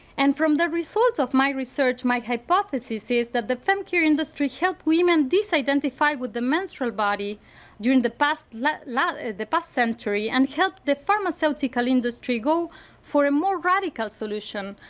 and from the results of my research my hypothesis is that the femcare industry helped women disidentify with the menstrual body during the past like like the past century and help the pharmaceutical industry go for a more radical solution,